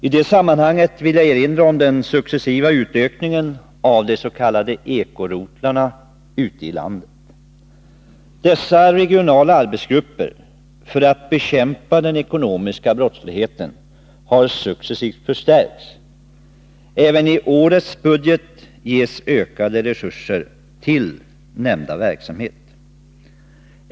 I det sammanhanget vill jag erinra om den successiva utökningen av de s.k. eko-rotlarna ute i landet. Dessa regionala arbetsgrupper, som har i uppgift att bekämpa den ekonomiska brottsligheten, har successivt förstärkts. Ävenii årets budget ges ökade resurser till nämnda verksamhet.